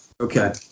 Okay